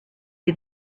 see